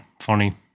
funny